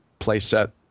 playset